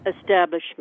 establishment